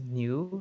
new